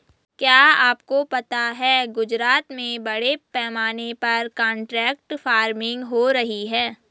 क्या आपको पता है गुजरात में बड़े पैमाने पर कॉन्ट्रैक्ट फार्मिंग हो रही है?